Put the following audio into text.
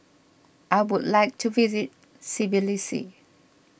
I would like to visit Tbilisi